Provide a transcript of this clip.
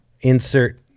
Insert